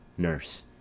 nurse.